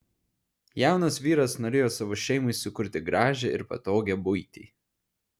jaunas vyras norėjo savo šeimai sukurti gražią ir patogią buitį